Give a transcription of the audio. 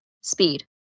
speed